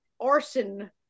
arson